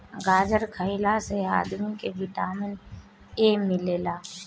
गाजर खइला से आदमी के विटामिन ए मिलेला